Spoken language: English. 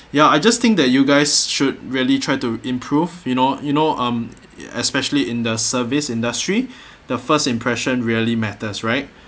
ya I just think that you guys should really try to improve you know you know um especially in the service industry the first impression really matters right